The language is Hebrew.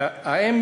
האם